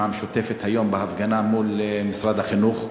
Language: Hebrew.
המשותפת בהפגנה מול משרד החינוך היום.